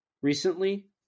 recently